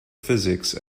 physics